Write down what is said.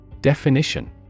Definition